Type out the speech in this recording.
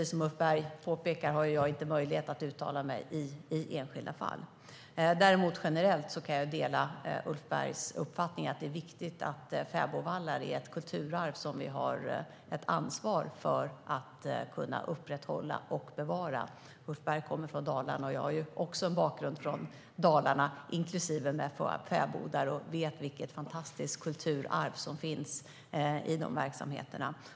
Som Ulf Berg påpekar har jag inte möjlighet att uttala mig i enskilda fall. Däremot kan jag generellt dela Ulf Bergs uppfattning att fäbodvallarna är ett viktigt kulturarv som vi har ett ansvar för att upprätthålla och bevara. Ulf Berg kommer från Dalarna. Även jag har en bakgrund från Dalarna med sina fäbodar, så jag vet vilket fantastiskt kulturarv som finns i de verksamheterna.